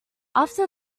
after